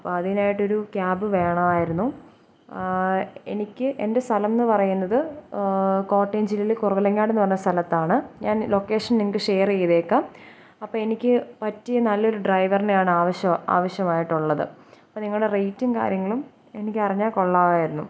അപ്പോൾ അതിനായിട്ട് ഒരു ക്യാബ് വേണമായിരുന്നു എനിക്ക് എൻ്റെ സ്ഥലം എന്ന് പറയുന്നത് കോട്ടയം ജില്ലയിലെ കുറവിലങ്ങാടെന്ന് പറഞ്ഞ സ്ഥലത്താണ് ഞാൻ ലൊക്കേഷൻ നിങ്ങൾക്ക് ഷെയർ ചെയ്തേക്കാം അപ്പോൾ എനിക്ക് പറ്റിയ നല്ല ഒരു ഡ്രൈവറിനെ ആണ് ആവശ്യം ആവശ്യമായിട്ടുള്ളത് അപ്പം നിങ്ങളുടെ റേറ്റും കാര്യങ്ങളും എനിക്ക് അറിഞ്ഞാൽ കൊള്ളാമായിരുന്നു